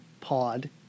pod